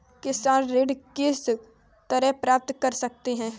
किसान ऋण किस तरह प्राप्त कर सकते हैं?